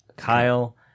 Kyle